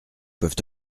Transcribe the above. peuvent